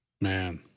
Man